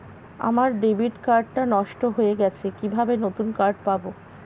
আমার debit card টা নষ্ট হয়ে গেছে কিভাবে নতুন কার্ড পাব?